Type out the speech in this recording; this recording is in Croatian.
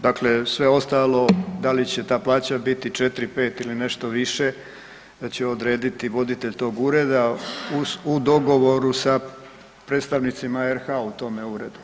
Dakle, sve ostalo da li će ta plaća biti 4, 5 ili nešto više će odrediti voditelj tog ureda u dogovoru sa predstavnicima RH u tome uredu.